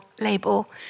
label